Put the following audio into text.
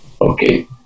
Okay